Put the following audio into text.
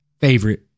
favorite